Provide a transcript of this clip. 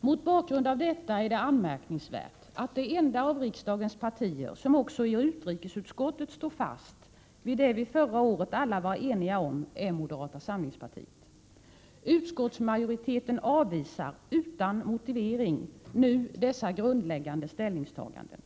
Mot bakgrund av detta är det anmärkningsvärt att det enda av riksdagens partier som också i utrikesutskottet står fast vid det vi förra året alla var eniga om är moderata samlingspartiet. Utskottsmajoriteten avvisar nu utan motivering dessa grundläggande ställningstaganden.